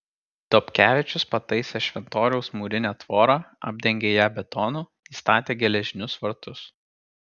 dobkevičius pataisė šventoriaus mūrinę tvorą apdengė ją betonu įstatė geležinius vartus